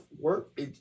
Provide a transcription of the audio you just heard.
work